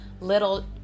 little